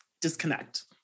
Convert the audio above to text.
disconnect